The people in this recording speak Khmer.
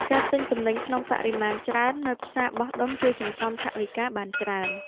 ការទិញទំនិញក្នុងបរិមាណច្រើន នៅផ្សារបោះដុំជួយសន្សំថវិកាបានច្រើន។